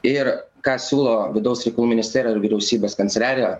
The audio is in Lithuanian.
ir ką siūlo vidaus reikalų ministerija ir vyriausybės kanceliarija